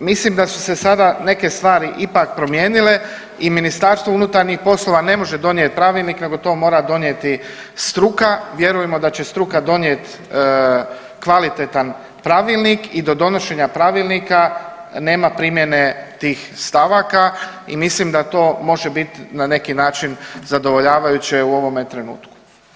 mislim da su se sada neke stvari ipak promijenile i MUP ne može donijeti pravilnik nego to mora donijeti struka, vjerujmo da će struka donijet kvalitetan pravilnik i do donošenja pravilnika nema primjene tih stavaka i mislim da to može bit na neki način zadovoljavajuće u ovome trenutku.